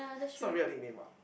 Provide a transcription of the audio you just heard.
is not really a nickname what